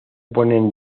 ponen